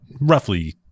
roughly